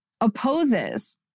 opposes